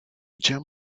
jump